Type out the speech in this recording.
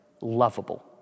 lovable